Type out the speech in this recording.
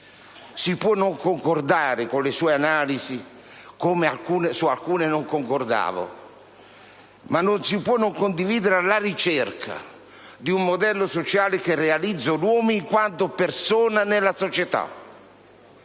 Si può non concordare con le sue analisi (come su alcune non concordavo), ma non si può non condividere la ricerca di un modello sociale che realizzi l'uomo in quanto persona nella società.